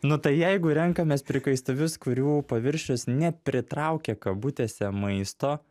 nu tai jeigu renkamės prikaistuvius kurių paviršius nepritraukia kabutėse maisto